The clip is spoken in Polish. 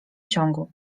ciągu